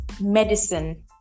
medicine